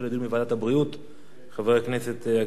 חברי הכנסת אגבאריה, גנאים, מקלב?